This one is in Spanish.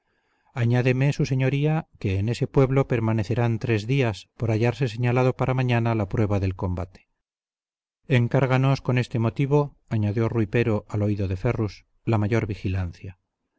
añádeme su señoría que en ese pueblo permanecerán tres días por hallarse señalado para mañana la prueba del combate encárganos con este motivo añadió rui pero al oído de ferrus la mayor vigilancia